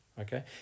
okay